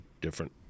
different